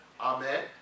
Amen